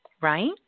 right